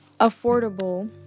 affordable